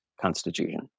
constitution